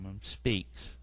speaks